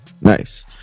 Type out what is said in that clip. nice